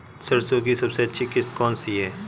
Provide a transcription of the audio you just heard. सरसो की सबसे अच्छी किश्त कौन सी है?